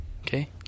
Okay